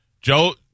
Joe